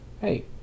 Hey